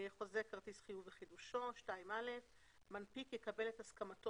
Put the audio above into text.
"2.חוזה כריס חיוב וחידושו מנפיק יקבל את הסכמתו